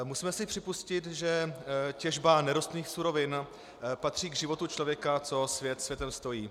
Musíme si připustit, že těžba nerostných surovin patří k životu člověka, co svět světem stojí.